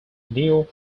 new